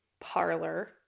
parlor